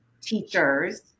teachers